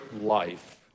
life